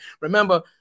Remember